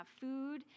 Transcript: food